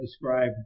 describe